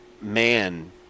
man